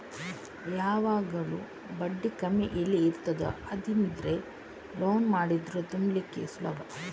ಯಾವಾಗ್ಲೂ ಬಡ್ಡಿ ಕಮ್ಮಿ ಎಲ್ಲಿ ಇರ್ತದೋ ಅದ್ರಿಂದ ಲೋನ್ ಮಾಡಿದ್ರೆ ತುಂಬ್ಲಿಕ್ಕು ಸುಲಭ